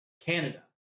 Canada